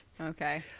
Okay